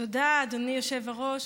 תודה, אדוני היושב-ראש.